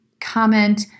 comment